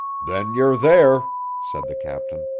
then you're there, said the captain.